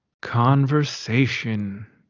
conversation